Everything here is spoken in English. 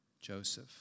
Joseph